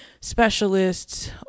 specialists